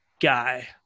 Guy